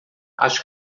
acho